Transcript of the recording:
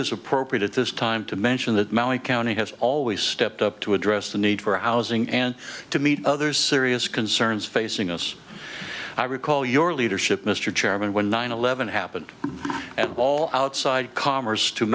is appropriate at this time to mention that my county has always stepped up to address the need for housing and to meet others serious concerns facing us i recall your leadership mr chairman when nine eleven happened at all outside commerce to